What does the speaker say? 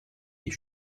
est